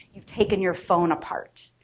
you've taken your phone apart,